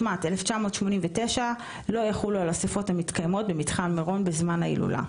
תשמ"ט-1989 לא יחולו על אסיפות המתקיימות במתחם מירון בזמן ההילולה.